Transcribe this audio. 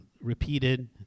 repeated